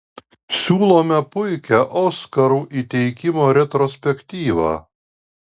siūlome puikią oskarų įteikimo retrospektyvą